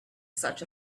such